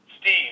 Steve